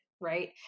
right